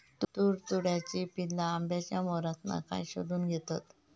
तुडतुड्याची पिल्ला आंब्याच्या मोहरातना काय शोशून घेतत?